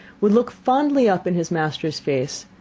would look fondly up in his master's face,